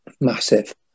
massive